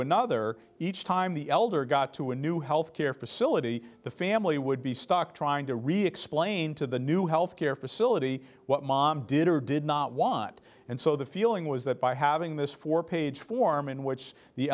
another each time the elder got to a new health care facility the family would be stuck trying to re explain to the new health care facility what mom did or did not want and so the feeling was that by having this four page form in which the